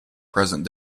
present